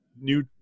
new